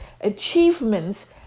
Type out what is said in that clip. achievements